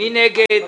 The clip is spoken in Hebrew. מי נגד?